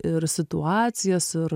ir situacijas ir